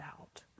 out